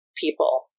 people